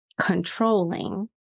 controlling